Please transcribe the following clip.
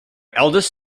eldest